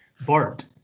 Bart